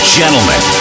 gentlemen